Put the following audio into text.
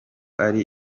ari